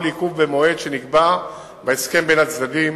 עיכוב במועד שנקבע בהסכם בין הצדדים,